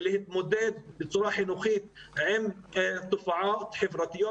להתמודד בצורה חינוכית עם תופעות חברתיות